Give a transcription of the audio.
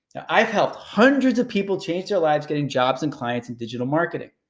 i've helped hundreds of people change their lives, getting jobs and clients in digital marketing.